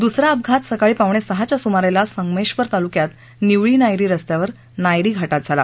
दुसरा अपघात सकाळी पावणेसहाच्या सुमाराला संगमेश्वर तालुक्यात निवळी नायरी रस्त्यावर नायरी घाति झाला